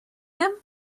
him